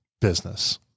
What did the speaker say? business